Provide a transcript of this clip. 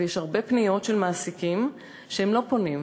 ויש הרבה פניות על מעסיקים שלא פונים,